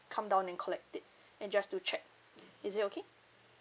come down and collect it and just to check is it okay